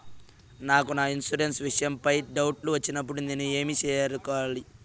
నాకు నా ఇన్సూరెన్సు విషయం పై డౌట్లు వచ్చినప్పుడు నేను ఎవర్ని కలవాలి?